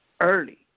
early